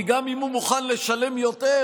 כי גם אם הוא מוכן לשלם יותר,